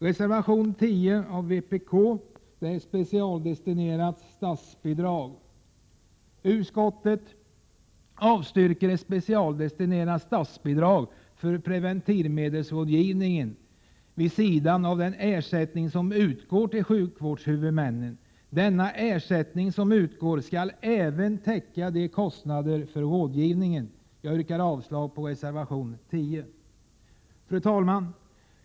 Reservation 10 av vpk handlar om specialdestinerat statsbidrag för preventivmedelsrådgivning vid sidan av den ersättning som utgår till sjukvårdshuvudmännen. Men denna ersättning skall även täcka kostnaderna för rådgivningen, och jag yrkar avslag på reservation 10. Fru talman!